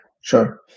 Sure